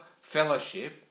fellowship